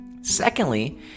Secondly